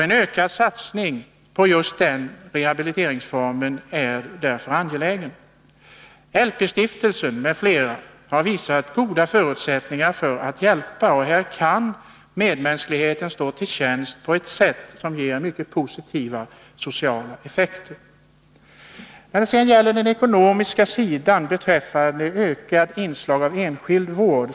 En ökad satsning på just den rehabiliteringsformen är därför angelägen. LP-stiftelsen m.fl. har visat goda förutsättningar för att hjälpa, och här kan medmänskligheten stå till tjänst på ett sätt som ger mycket positiva sociala effekter. Fru talman! Jag vill också ta upp de ekonomiska bedömningarna i samband med ett ökat inslag av enskild vård.